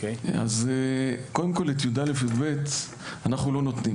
אנחנו לא נותנים